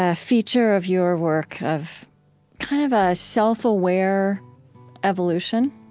ah feature of your work of kind of a self-aware evolution.